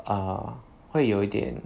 uh 会有一点